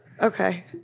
Okay